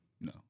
No